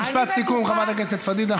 משפט סיכום, חברת הכנסת פדידה.